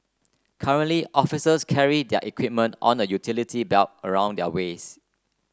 currently officers carry their their equipment on a utility belt around their waists